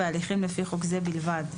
בהליכים לפי חוק זה בלבד,